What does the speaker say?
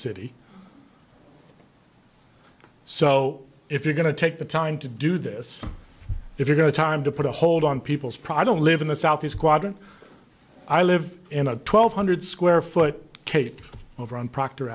city so if you're going to take the time to do this if you're going to time to put a hold on people's prado live in the southeast quadrant i live in a twelve hundred square foot cape over on proctor